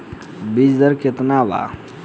बीज दर केतना वा?